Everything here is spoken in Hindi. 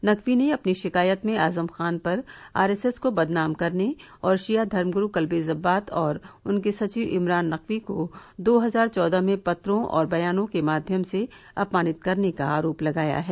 नकवी ने अपनी शिकायत में आजम खान पर आरएसएस को बदनाम करने और शिया धर्मगुरू कलवे जव्वाद और उनके सविव इमरान नकवी को दो हजार चौदह में पत्रों और बयानों के माध्यम से अपमानित करने का आरोप लगाया है